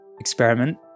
experiment